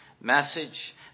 message